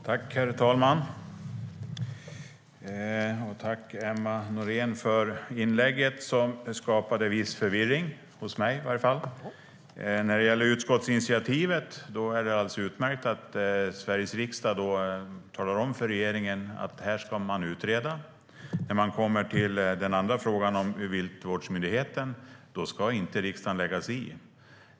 Herr talman! Tack, Emma Nohrén, för anförandet som skapade en viss förvirring, i alla fall hos mig! När det gäller utskottsinitiativet är det alldeles utmärkt att Sveriges riksdag talar om för regeringen att detta ska utredas. Men den andra frågan om viltvårdsmyndigheten ska inte riksdagen lägga sig i.